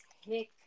hick